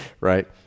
right